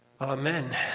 Amen